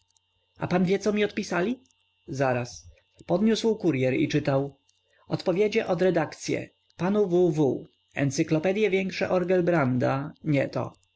a pan wie co oni mi odpisali zaraz podniósł kuryer i czytał odpowiedzie od redakcye panu w w encyklopedye większe orgelbranda nie to